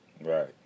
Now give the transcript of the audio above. Right